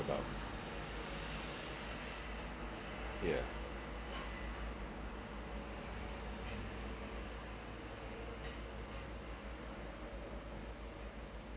about yeah